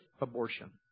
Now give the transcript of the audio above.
abortion